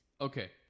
okay